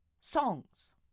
songs